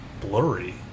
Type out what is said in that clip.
blurry